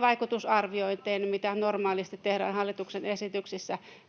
Vaikutusarviointia ei tehty, mitä normaalisti tehdään hallituksen esityksissä.